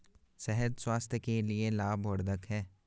शहद स्वास्थ्य के लिए लाभवर्धक है